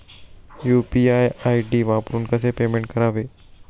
UPI ID वापरून कसे payment करावे?